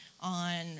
on